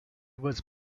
was